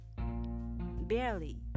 barely